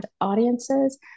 audiences